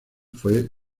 fue